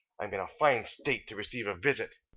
i'm in a fine state to receive a visit!